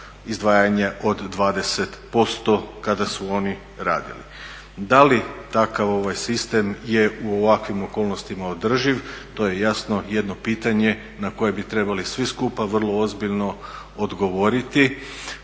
izdvajanje od 20% kada su oni radili. Da li takav sistem je u ovakvim okolnostima održiv? To je jasno jedno pitanje na koje bi trebali svi skupa vrlo ozbiljno odgovoriti,